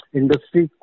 industry